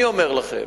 אני אומר לכם: